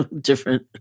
different